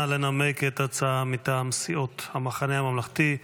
לנמק את ההצעה מטעם סיעות המחנה הממלכתי,